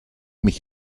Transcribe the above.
mich